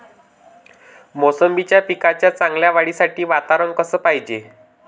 मोसंबीच्या पिकाच्या चांगल्या वाढीसाठी वातावरन कस पायजे?